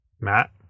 Matt